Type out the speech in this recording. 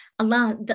Allah